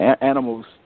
animals